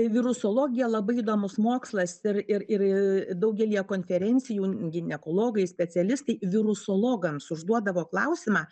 virusologija labai įdomus mokslas ir ir ir daugelyje konferencijų ginekologai specialistai virusologams užduodavo klausimą